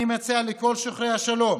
אני מציע לכל שוחרי השלום